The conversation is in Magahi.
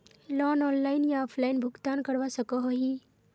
लोन ऑनलाइन या ऑफलाइन भुगतान करवा सकोहो ही?